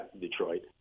Detroit